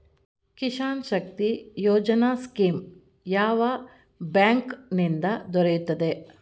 Kisan Shakti Yojana scheme ಯಾವ bank ನಿಂದ ದೊರೆಯುತ್ತದೆ?